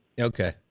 Okay